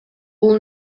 бул